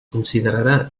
considerarà